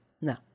No